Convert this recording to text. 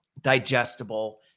digestible